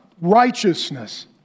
righteousness